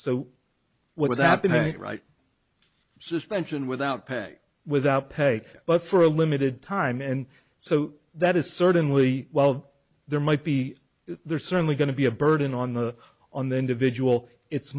so what is happening right suspension without pay without pay but for a limited time and so that is certainly well there might be there's certainly going to be a burden on the on the individual it's